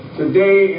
today